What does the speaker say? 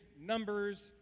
Numbers